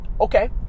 Okay